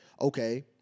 okay